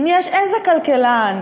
אם יש איזה כלכלן,